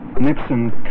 Nixon